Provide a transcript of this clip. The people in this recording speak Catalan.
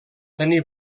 tenir